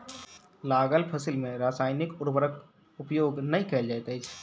लागल फसिल में रासायनिक उर्वरक उपयोग नै कयल जाइत अछि